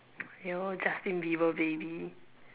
you know Justin Bieber baby